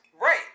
Right